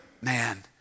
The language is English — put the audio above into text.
man